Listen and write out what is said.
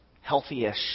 healthy-ish